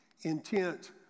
intent